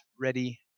Ready